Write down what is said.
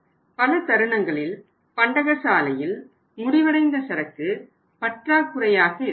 பல தருணங்களில் பண்டகசாலையில் முடிவடைந்த சரக்கு பற்றாக்குறையாக இருக்கிறது